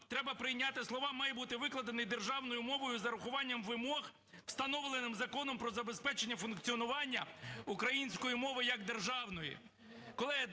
треба прийняти слова: "має бути викладений державною мовою з урахуванням вимог, встановлених Законом "Про забезпечення функціонування української мови як державної".